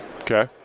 Okay